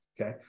okay